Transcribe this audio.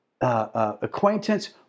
Acquaintance